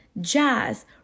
jazz